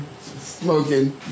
smoking